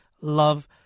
love